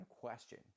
question